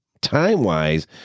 time-wise